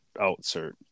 outsert